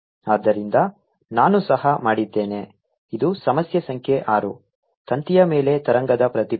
ಆದ್ದರಿಂದ ನಾನು ಸಹ ಮಾಡಿದ್ದೇನೆ ಇದು ಸಮಸ್ಯೆ ಸಂಖ್ಯೆ 6 ತಂತಿಯ ಮೇಲೆ ತರಂಗದ ಪ್ರತಿಫಲನ